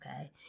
Okay